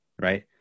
right